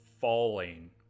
falling